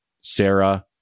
Sarah